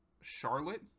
Charlotte